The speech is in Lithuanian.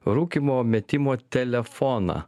rūkymo metimo telefoną